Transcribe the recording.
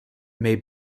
may